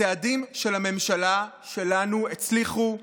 הצעדים של הממשלה שלנו הצליחו מאוד,